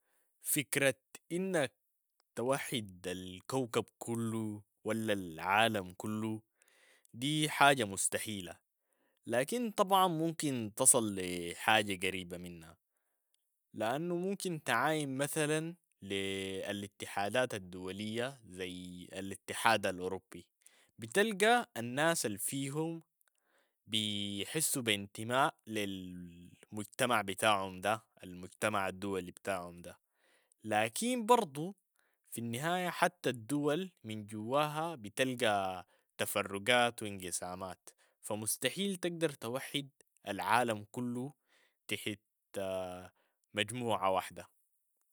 فكرة إنك توحد الكوكب كلو ولا العالم كلو دي حاجة مستحيلة، لكن طبعا ممكن تصل لحاجة قريبة منها لأنو ممكن تعاين مثلا لي الاتحادات الدولية زي الاتحاد الأوروبي، بتلقى الناس الفيهم بيحسوا بانتماء للمجتمع بتاعهم ده المجتمع الدولي بتاعهم ده، لكن برضو في النهاية حتى الدول من جواها بتلقى تفرقات و انقسامات، فمستحيل تقدر توحد العالم كلو تحت مجموعة واحدة.